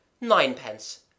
Ninepence